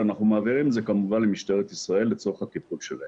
זה כמובן למשטרת ישראל לצורך הטיפול שלהם.